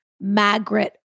Margaret